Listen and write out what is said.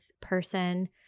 person